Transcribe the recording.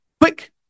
Quick